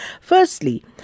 Firstly